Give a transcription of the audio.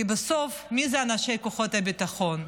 כי בסוף, מי אלה אנשי כוחות הביטחון?